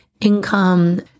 income